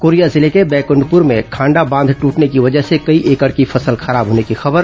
Korea जिले के Baikunthpur में खांडा बांध ट्रटने की वजह से कई एकड़ की फसल खराब होने की खबर